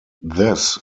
this